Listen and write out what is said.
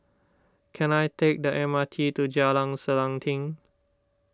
can I take the M R T to Jalan Selanting